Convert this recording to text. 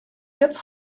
quatre